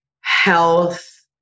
health